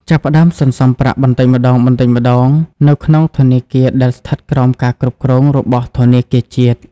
ចាប់ផ្តើមសន្សំប្រាក់បន្តិចម្តងៗនៅក្នុងធនាគារដែលស្ថិតក្រោមការគ្រប់គ្រងរបស់ធនាគារជាតិ។